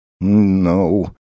No